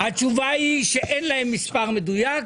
ולדימיר, התשובה היא שאין להם מספר מדויק.